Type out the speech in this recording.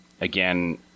again